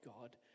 God